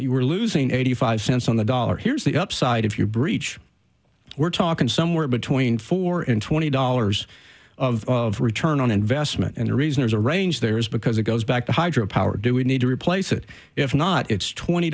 you were losing eighty five cents on the dollar here's the upside if you breach we're talking somewhere between four and twenty dollars of return on investment and the reason there's a range there is because it goes back to hydro power do we need to replace it if not it's twenty